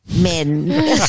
men